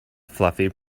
fluffy